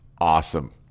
awesome